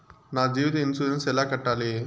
నా జీవిత ఇన్సూరెన్సు ఎలా కట్టాలి?